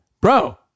Bro